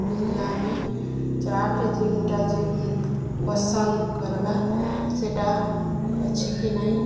ବିରିୟାନି ଚାଟ ଯେନ୍ଟା ଯେ ପସନ୍ଦ କର୍ବାର୍ ସେଇଟା ଅଛି କି ନାଇଁ